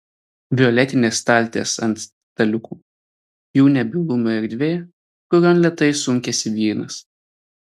violetinės staltiesės ant staliukų jų nebylumo erdvė kurion lėtai sunkiasi vynas